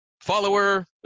follower